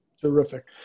Terrific